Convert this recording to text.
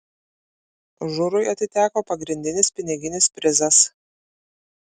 žurui atiteko pagrindinis piniginis prizas